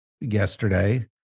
yesterday